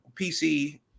PC